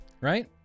Right